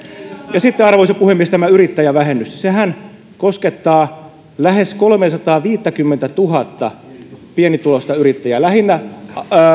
ja sitten arvoisa puhemies tämä yrittäjävähennys sehän koskettaa lähes kolmeasataaviittäkymmentätuhatta pienituloista yrittäjää lähinnä